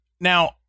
Now